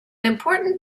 important